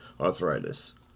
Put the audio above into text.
arthritis